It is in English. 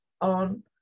on